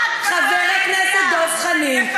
חבר הכנסת דב חנין,